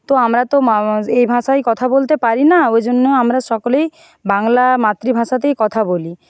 তো আমরা তো এই ভাষায় কথা বলতে পারি না ওই জন্য আমরা সকলেই বাংলা মাতৃভাষাতেই কথা বলি